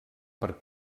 per